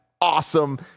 awesome